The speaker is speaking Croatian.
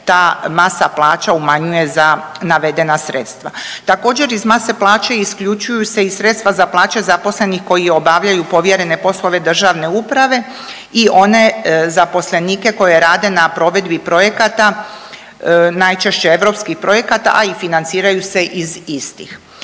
ta masa plaća umanjuje za navedena sredstva. Također iz mase plaće isključuju i sredstva za plaće zaposlenih koji obavljaju povjerene poslove države uprave i one zaposlenike koji rade na provedbi projekata najčešće europskih projekata, a i financiraju se iz istih.